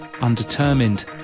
undetermined